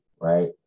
right